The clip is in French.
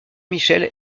michel